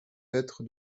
être